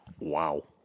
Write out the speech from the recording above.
Wow